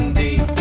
deep